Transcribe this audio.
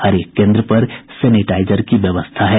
हरेक केन्द्र पर सेनेटाईजर की व्यवस्था है